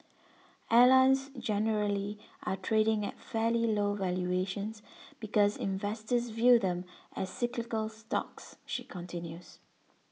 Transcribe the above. airlines generally are trading at fairly low valuations because investors view them as cyclical stocks she continues